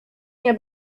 nie